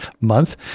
month